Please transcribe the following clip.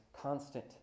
constant